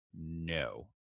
No